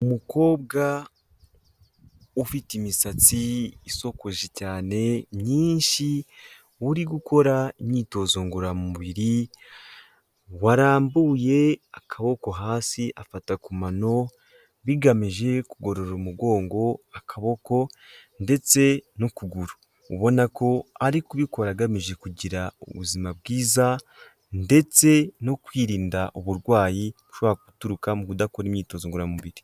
Umukobwa ufite imisatsi isokoje cyane myinshi uri gukora imyitozo ngororamubiri, warambuye akaboko hasi afata ku mano bigamije kugorora umugongo akaboko ndetse n'ukuguru ubona ko ari kubikora agamije kugira ubuzima bwiza ndetse no kwirinda uburwayi bushobora guturuka mu kudakora imyitozo ngororamubiri.